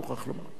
אני מוכרח לומר.